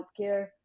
healthcare